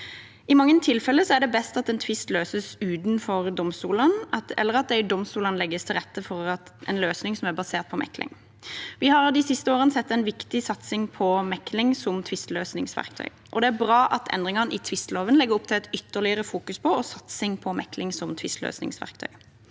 I mange tilfeller er det best at en tvist løses utenfor domstolene, eller at det i domstolene legges til rette for en løsning basert på mekling. Vi har de siste årene sett en viktig satsing på mekling som tvisteløsningsverktøy. Det er bra at endringene i tvisteloven legger opp til ytterligere fokusering og satsing på mekling som tvisteløsningsverktøy.